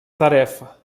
tarefa